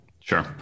Sure